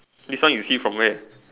this one you see from where